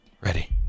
Ready